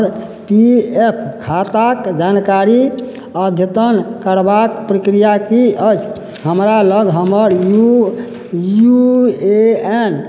हमर P F खाताक जानकारी अद्यतन करबाक प्रक्रिया कि अछि हमरा लग हमर यू ए एन